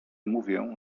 mówię